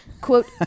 Quote